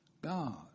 God